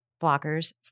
Blockers